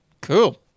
Cool